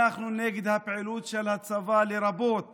אנחנו נגד הפעילות של הצבא, לרבות